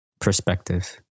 perspective